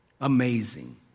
Amazing